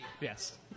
Yes